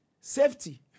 safety